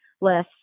less